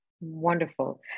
wonderful